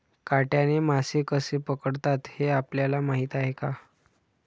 काट्याने मासे कसे पकडतात हे आपल्याला माहीत आहे का?